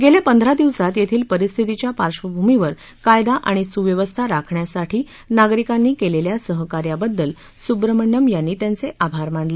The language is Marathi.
गेल्या पंधरा दिवसात येथील परिस्थितीच्या पार्श्वभूमीवर कायदा आणि सुव्यवस्था राखण्यासाठी नागरिकांनी केलेल्या सहकार्याबद्दल सुब्रम्हण्यम यांनी त्यांचे आभार मानले